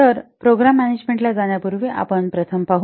तर प्रोग्रॅम मॅनेजमेंटला जाण्यापूर्वी आपण प्रथम ते पाहू